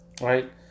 right